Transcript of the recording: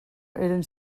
eren